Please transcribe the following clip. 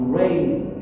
raise